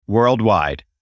Worldwide